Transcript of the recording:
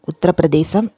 Uttar Pradesh